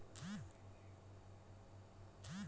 ইলটারলেটে যদি পেমেল্ট লাগে সেগুলার কাজ মোবাইল লামবার দ্যিয়ে হয়